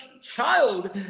child